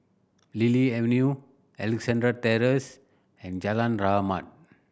Lily Avenue Alexandra Terrace and Jalan Rahmat